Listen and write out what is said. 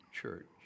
church